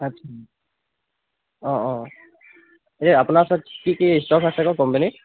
আচ্ছা অঁ অঁ এই আপোনাৰ ওচৰত কি কি ষ্টক আছেনো কোম্পানীৰ